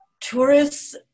tourists